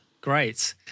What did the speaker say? great